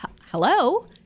hello